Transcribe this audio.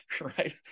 right